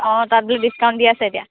অঁ তাত বোলে ডিচকাউণ্ট দি আছে এতিয়া